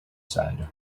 side